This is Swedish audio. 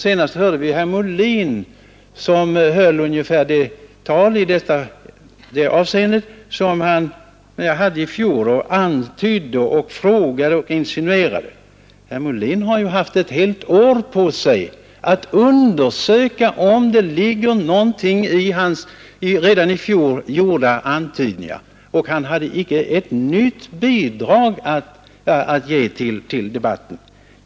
Senast hörde vi herr Molin som i det avseendet höll ungefär samma tal som i fjol och antydde, frågade och insinuerade. Herr Molin har haft ett helt år på sig att undersöka om det ligger någonting i hans redan i fjol gjorda antydningar. Han hade icke ett enda nytt bidrag att ge till debatten.